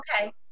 okay